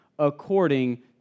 according